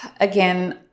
again